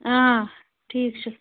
آ ٹھیٖک چھُ